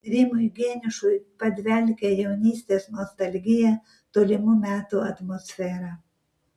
rimui geniušui padvelkia jaunystės nostalgija tolimų metų atmosfera